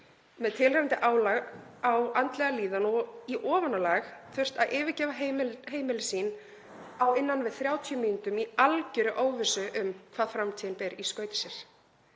með tilheyrandi álagi á andlega líðan og í ofanálag þurft að yfirgefa heimili sín á innan við 30 mínútum í algjörri óvissu um hvað framtíðin ber í skauti sér.